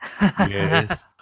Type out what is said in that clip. Yes